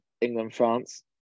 England-France